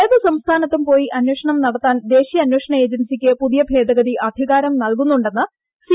ഏത് സംസ്ഥാനത്തും പോയി അന്വേഷണം നടത്താൻ ദേശീയ അന്വേഷണ ഏജൻസിയ്ക്ക് പുതിയ ഭേദഗതി അധികാരം നൽകുന്നുണ്ടെന്ന് സി